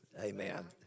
Amen